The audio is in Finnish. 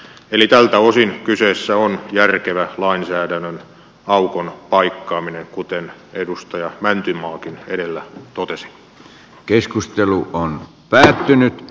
eli tältä osin kyseessä on järkevä lainsäädännön aukon paikkaaminen kuten edustaja mäntymaakin edellä totesi